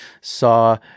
saw